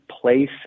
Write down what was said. place